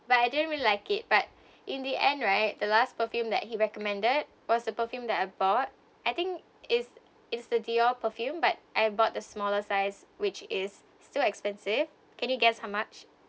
but I didn't really like it but in the end right the last perfume that he recommended was the perfume that I bought I think is is the Sior perfume but I bought the smaller size which is still expensive can you guess how much